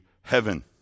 heaven